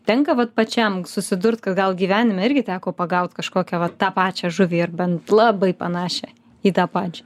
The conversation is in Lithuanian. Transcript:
tenka vat pačiam susidurt kad gal gyvenime irgi teko pagaut kažkokią va tą pačią žuvį ar bent labai panašią į tą pačią